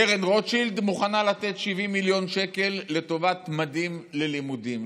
קרן רוטשילד מוכנה לתת 70 מיליון שקל לטובת ממדים ללימודים,